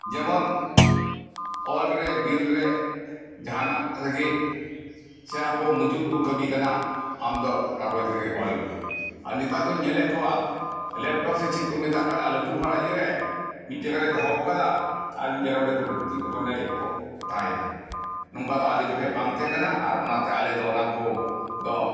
ᱡᱮᱢᱚᱱ ᱚᱞ ᱨᱮ ᱵᱤᱞ ᱨᱮ ᱡᱟᱦᱟᱸᱱᱟᱜ ᱨᱮᱜᱮ ᱥᱮ ᱟᱠᱚ ᱢᱚᱡᱩᱨ ᱠᱚ ᱠᱟᱢᱤ ᱠᱟᱱᱟ ᱟᱢ ᱫᱚᱠᱟᱜᱚᱡᱽ ᱨᱮᱜᱮ ᱚᱞ ᱢᱮ ᱟᱨ ᱱᱮᱛᱟᱨ ᱫᱚᱧ ᱧᱮᱞᱮᱜ ᱠᱚᱣᱟ ᱞᱮᱯᱴᱚᱯ ᱥᱮ ᱪᱮᱜ ᱠᱚ ᱢᱮᱛᱟᱜ ᱠᱟᱱᱟ ᱞᱟᱴᱩ ᱯᱟᱨᱟ ᱤᱭᱟᱹᱨᱮ ᱢᱤᱜ ᱡᱟᱭᱜᱟᱨᱮ ᱫᱚᱦᱚᱣ ᱠᱟᱫᱟ ᱟᱨ ᱢᱤᱜ ᱡᱟᱭᱜᱟᱨᱮ ᱚᱸᱰᱮ ᱠᱟᱴᱩᱵ ᱪᱮᱜ ᱠᱚᱪᱚᱭ ᱚᱸᱰᱮᱭ ᱚᱛᱟᱭ ᱫᱟ ᱱᱚᱝᱠᱟ ᱫᱚ ᱟᱞᱮ ᱡᱚᱠᱷᱟᱡ ᱵᱟᱝ ᱛᱟᱦᱮᱸ ᱠᱟᱱᱟ ᱟᱨ ᱚᱱᱟ ᱛᱮ ᱟᱞᱮ ᱫᱚ ᱚᱱᱟ ᱠᱚ ᱫᱚ